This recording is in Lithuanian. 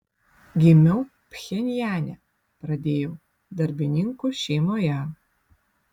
gimiau pchenjane pradėjau darbininkų šeimoje